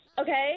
okay